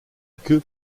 queue